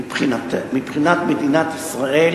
מבחינת מדינת ישראל,